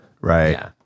Right